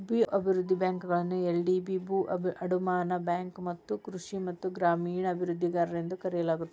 ಭೂ ಅಭಿವೃದ್ಧಿ ಬ್ಯಾಂಕುಗಳನ್ನ ಎಲ್.ಡಿ.ಬಿ ಭೂ ಅಡಮಾನ ಬ್ಯಾಂಕು ಮತ್ತ ಕೃಷಿ ಮತ್ತ ಗ್ರಾಮೇಣ ಅಭಿವೃದ್ಧಿಗಾರರು ಎಂದೂ ಕರೆಯಲಾಗುತ್ತದೆ